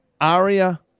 Aria